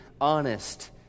honest